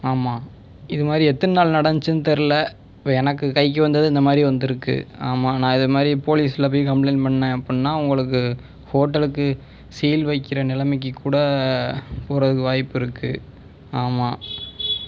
ஆமாம் இது மாதிரி எத்தனை நாள் நடந்ததுச்சுன்னு தெரியலை இப்போ எனக்கு கைக்கு வந்தது இந்த மாதிரி வந்திருக்குது ஆமாம் நான் இது மாதிரி போலீஸில் போய் கம்ப்ளைன்ட் பண்ணிணேன் அப்படின்னா உங்களுக்கு ஹோட்டலுக்கு சீல் வைக்கிற நிலைமைக்கு கூட போகிறத்துக்கு வாய்ப்பு இருக்குது ஆமாம்